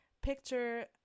Picture